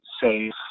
Safe